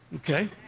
Okay